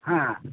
ହାଁ